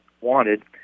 wanted